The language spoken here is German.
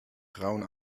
grauen